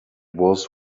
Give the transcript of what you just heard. was